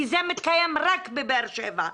כי זה מתקיים רק בבאר שבע,